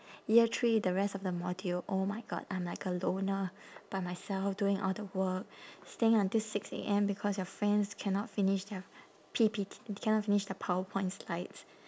year three the rest of the module oh my god I'm like a loner by myself doing all the work staying until six A_M because your friends cannot finish their P_P_T cannot finish the powerpoint slides